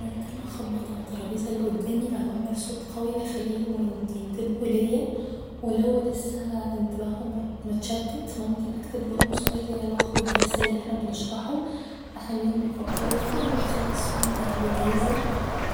ممكن اخبط على الترابيزة اللي قدامي او اعمل صوت قوي اخليهم ينتبهوا ليا و لو لسة انتباههم مت متشتت ممكن اكتبلهم سؤال له علاقة بالدرس اللي احنا بنشرحه اخليهم يفكروا فيه و اخلي السؤال ده عليه جايزة